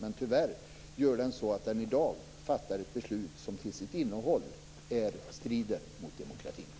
Men tyvärr fattar den i dag ett beslut som till sitt innehåll strider mot demokratin.